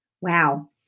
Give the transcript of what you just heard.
Wow